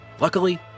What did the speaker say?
Luckily